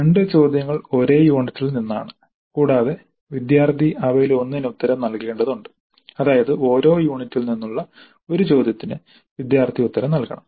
2 ചോദ്യങ്ങൾ ഒരേ യൂണിറ്റിൽ നിന്നാണ് കൂടാതെ വിദ്യാർത്ഥി അവയിലൊന്നിന് ഉത്തരം നൽകേണ്ടതുണ്ട് അതായത് ഓരോ യൂണിറ്റിൽ നിന്നുമുള്ള ഒരു ചോദ്യത്തിന് വിദ്യാർത്ഥി ഉത്തരം നൽകണം